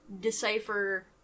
decipher